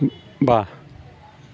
बा